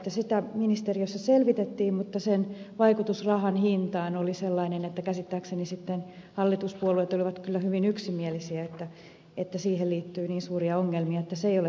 sitä ministeriössä selvitettiin mutta sen vaikutus rahan hintaan oli sellainen että käsittääkseni sitten hallituspuolueet olivat kyllä hyvin yksimielisiä siitä että siihen liittyy niin suuria ongelmia että se ei ole se ratkaisu